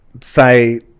say